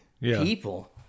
people